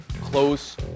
close